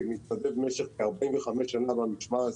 כמתנדב במשך כ-45 שנה במשמר האזרחי,